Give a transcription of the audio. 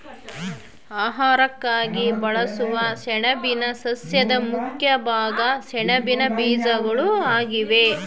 ಆಹಾರಕ್ಕಾಗಿ ಬಳಸುವ ಸೆಣಬಿನ ಸಸ್ಯದ ಮುಖ್ಯ ಭಾಗ ಸೆಣಬಿನ ಬೀಜಗಳು ಆಗಿವೆ